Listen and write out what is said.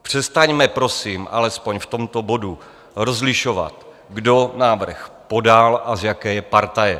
Přestaňme prosím alespoň v tomto bodu rozlišovat, kdo návrh podal a z jaké je partaje.